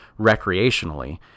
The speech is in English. recreationally